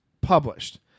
published